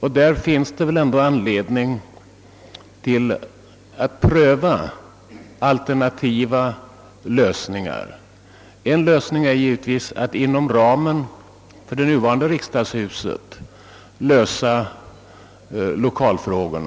skall lösas. Det finns anledning att pröva alternativa lösningar. En möjlighet är givetvis att inom det nuvarande riksdagshuset söka lösa lokalproblemen.